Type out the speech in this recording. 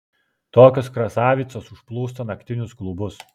tokios krasavicos užplūsta naktinius klubus